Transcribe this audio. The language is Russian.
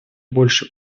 больше